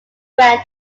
grant